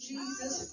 Jesus